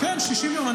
כן, 60 יום.